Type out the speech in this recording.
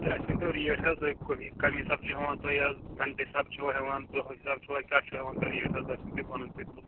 تہٕ اَسہِ ؤنۍتَو ریٹ حظ تُہۍ کُمہِ کَمہِ حِساب چھُو ہٮ۪وان تُہۍ حظ گنٛٹہٕ حِساب چھُوا ہٮ۪وان دۄہ حِساب چھُوا کیٛاہ چھُو ہٮ۪وان تُہۍ ریٹ حظ اَسہِ ؤنۍتَو پَنُن تُہۍ تُل